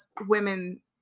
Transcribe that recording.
women